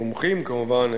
מומחים כמובן,